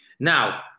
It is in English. Now